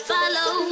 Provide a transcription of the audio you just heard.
Follow